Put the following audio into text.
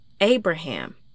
Abraham